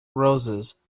roses